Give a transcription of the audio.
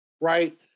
right